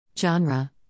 Genre